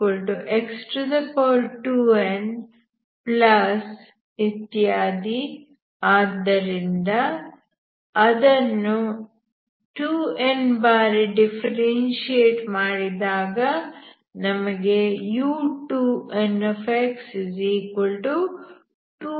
uxx2n ಆದ್ದರಿಂದ ಅದನ್ನು 2n ಬಾರಿ ಡಿಫ್ಫರೆನ್ಷಿಯೇಟ್ ಮಾಡಿದಾಗ ನಮಗೆ u2nx2n